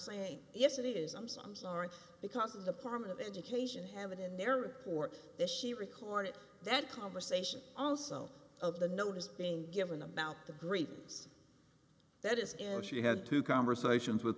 saying yes it is i'm so i'm sorry because of the palm of education have it in their report this she recorded that conversation also of the notice being given about the grievance that is and she had two conversations with